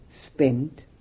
spent